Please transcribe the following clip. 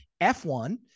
F1